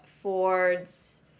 Ford's